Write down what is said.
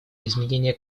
изменения